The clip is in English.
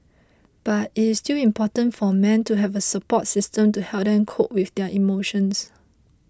but it is still important for men to have a support system to help them cope with their emotions